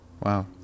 Wow